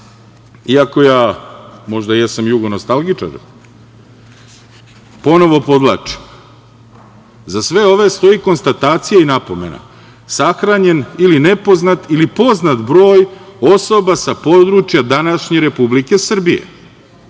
možda jesam jugonostalgičar, ponovo podvlačim za sve ove stoji konstatacija i napomena. Sahranjen ili nepoznat ili poznat broj osoba sa područja današnje Republike Srbije,